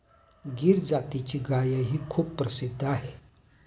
गीर जातीची गायही खूप प्रसिद्ध आहे